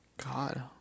god